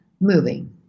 moving